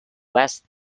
west